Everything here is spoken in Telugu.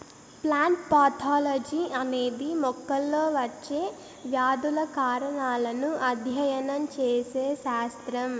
ప్లాంట్ పాథాలజీ అనేది మొక్కల్లో వచ్చే వ్యాధుల కారణాలను అధ్యయనం చేసే శాస్త్రం